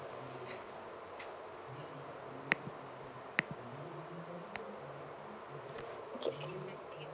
okay